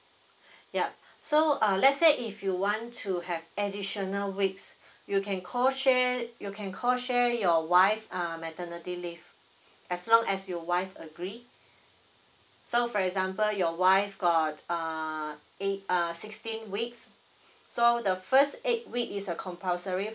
yup so uh let's say if you want to have additional weeks you can co share you can co share your wife uh maternity leave as long as your wife agree so for example your wife got uh eight err sixteen weeks so the first eight week is a compulsory